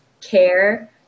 care